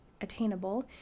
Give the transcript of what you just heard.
attainable